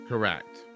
Correct